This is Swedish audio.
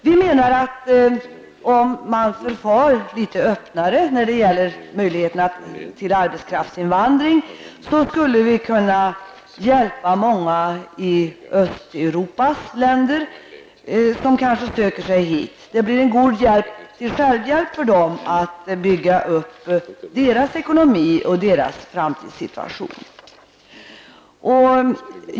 Vi menar att vi, med ett litet öppnare förfarande när det gäller möjligheterna till arbetskraftsinvandring, skulle kunna hjälpa många människor i Östeuropas länder, som kanske söker sig hit. Det blir en god hjälp till självhjälp när det gäller dessa människors deras möjligheter att bygga upp sin egen ekonomi och sin framtid.